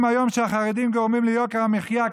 היום שהחרדים גורמים ליוקר המחיה,